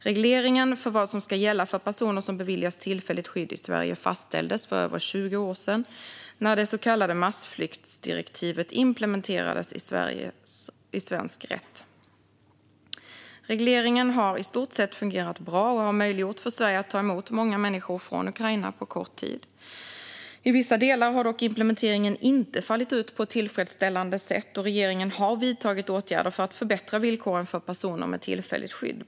Regleringen för vad som ska gälla för personer som beviljas tillfälligt skydd i Sverige fastställdes för över 20 år sedan när det så kallade massflyktsdirektivet implementerades i svensk rätt. Regleringen har i stort sett fungerat bra och har möjliggjort för Sverige att ta emot många människor från Ukraina på kort tid. I vissa delar har dock implementeringen inte fallit ut på ett tillfredsställande sätt, och regeringen har vidtagit åtgärder för att förbättra villkoren för personer med tillfälligt skydd.